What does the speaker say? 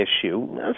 issue